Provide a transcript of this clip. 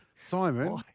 Simon